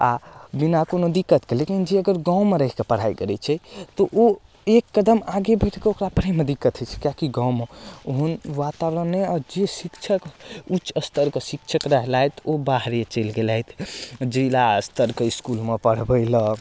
आओर बिना कोनो दिक्कतके लेकिन जे अगर गाँवमे रहीकऽ पढ़ाइ करै छै तऽ ओ एक कदम आगे बढ़िकऽ ओकरा पढ़ैमे दिक्कत होइ छै किएक कि गाँवमे ओहन वातावरण नहि आओर जे शिक्षक उच्च स्तरके शिक्षित रहलथि ओ बाहरे चलि गेलथि जिला स्तरके इसकुलमे पढ़बै लए